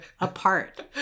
apart